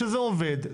שזה עובד,